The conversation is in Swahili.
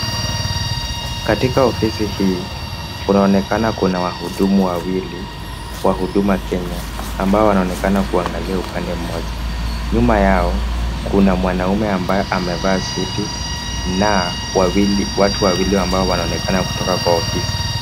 Katika ofisi hii, kunaonekana kuna wahudumu wawili wa huduma Kenya, ambao wanaonekana kuangalia upande mmoja. Nyuma yao, kuna mwanaume ambaye amevaa suti, na wawili, watu wawili ambao wanaonekana kutoka kwa ofisi.